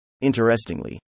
Interestingly